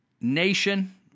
nation